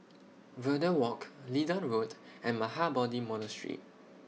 Verde Walk Leedon Road and Mahabodhi Monastery